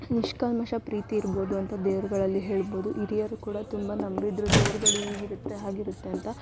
ನಿಷ್ಕಲ್ಮಶ ಪ್ರೀತಿ ಇರ್ಬೋದು ಅಂತ ದೇವ್ರುಗಳಲ್ಲಿ ಹೇಳ್ಬೋದು ಹಿರಿಯರು ಕೂಡ ತುಂಬ ನಂಬಿದ್ದರು ದೇವ್ರ್ಗಳು ಹೀಗಿರತ್ತೆ ಹಾಗಿರತ್ತೆ ಅಂತ